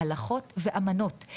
הלכות ואמנות,